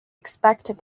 expected